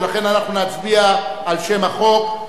ולכן נצביע על שם החוק.